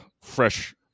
fresh